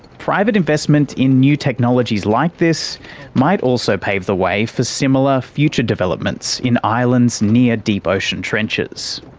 private investment in new technologies like this might also pave the way for similar future developments in islands near deep ocean trenches.